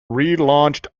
relaunched